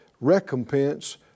recompense